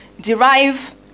derive